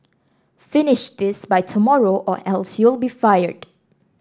finish this by tomorrow or else you'll be fired